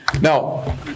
Now